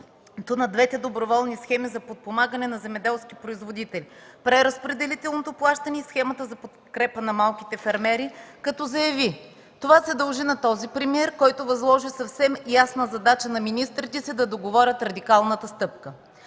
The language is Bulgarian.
на двете доброволни схеми за подпомагане на земеделски производители, преразпределителното плащане и Схемата за подкрепа на малките фермери, като заяви: „Това се дължи на този премиер, който възложи съвсем ясна задача на министрите си да договорят радикалната стъпка”.